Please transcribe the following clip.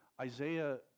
Isaiah